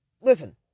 listen